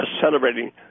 celebrating